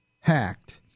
hacked